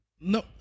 No